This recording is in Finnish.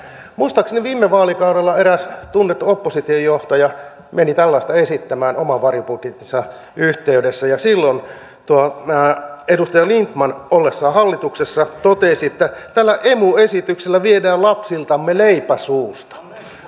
muistaakseni viime vaalikaudella eräs tunnettu oppositiojohtaja meni tällaista esittämään oman varjobudjettinsa yhteydessä ja silloin edustaja lindtman ollessaan hallituksessa totesi että tällä emu esityksellä viedään lapsiltamme leipä suusta